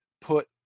put